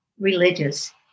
religious